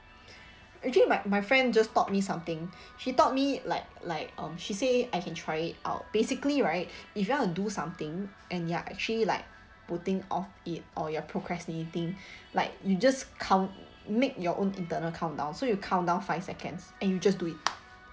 actually my my friend just taught me something she taught me like like um she say I can try it out basically right if you want to do something and you are actually like putting off it or you're procrastinating like you just count make your own internal countdown so you count down five seconds and you just do it